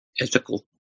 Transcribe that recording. ethical